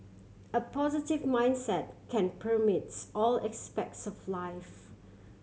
a positive mindset can permeates all aspects of life